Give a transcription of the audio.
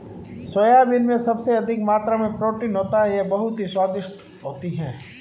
soybean में सबसे अधिक मात्रा में प्रोटीन होता है यह बहुत ही स्वादिष्ट होती हैं